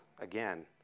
again